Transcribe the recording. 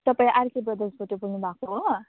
तपाईँ आरके ब्रदर्सबाट बोल्नुभएको हो